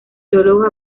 teólogos